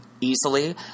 easily